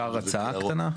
אפשר הצעה קטנה?